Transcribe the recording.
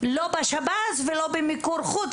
לא בשירות בתי הסוהר ולא במיקור חוץ.